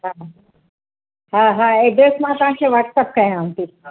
हा हा हा एड्रेस मां तव्हांखे वाट्स अप कयांव थी